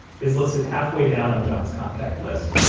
is listed halfway down on john's contact list.